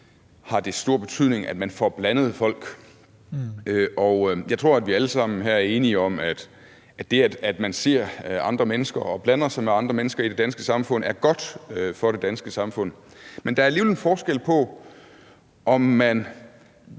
har det stor betydning, at man får blandet folk. Jeg tror, at vi alle sammen her er enige om, at det, at man ser andre mennesker og blander sig med andre mennesker i det danske samfund, er godt for det danske samfund. Men der er alligevel en forskel på, om man